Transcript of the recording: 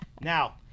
Now